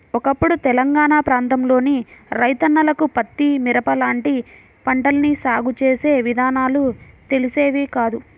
ఒకప్పుడు తెలంగాణా ప్రాంతంలోని రైతన్నలకు పత్తి, మిరప లాంటి పంటల్ని సాగు చేసే విధానాలు తెలిసేవి కాదు